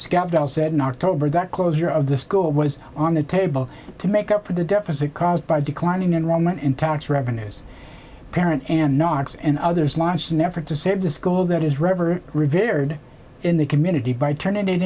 scouts said in october that closure of the school was on the table to make up for the deficit caused by declining enrollment in tax revenues parent and knox and others launched an effort to save the school that is revver revered in the community by turn